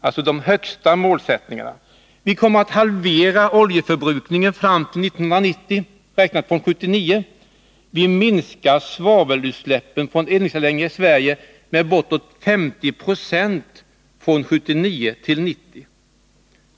För det första kommer vi att halvera oljeförbrukningen fram till 1990, räknat från 1979. För det andra minskar vi svavelutsläppen från eldningsanläggningar i Sverige med bortåt 50 26 från 1979 till 1990.